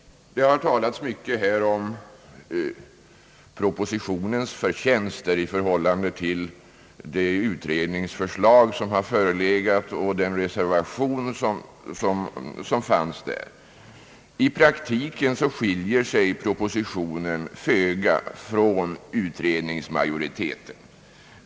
Det har talats mycket om propositionens förtjänster i förhållande till det utredningsförslag som har förelegat och den reservation som där fanns. I praktiken skiljer sig propositionen föga från utredningsmajoritetens förslag.